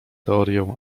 teorię